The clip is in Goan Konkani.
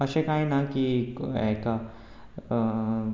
अशें कांय ना की हाका